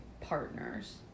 partners